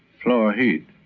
floor heat.